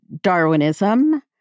Darwinism